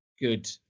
good